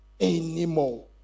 anymore